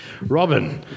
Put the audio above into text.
Robin